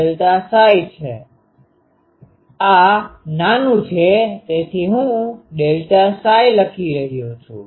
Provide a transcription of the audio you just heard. આ નાનું છે તેથી હું ΔΨ લખી રહ્યો છુ